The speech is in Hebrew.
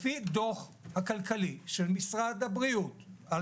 לפי הדוח הכלכלי של משרד הבריאות על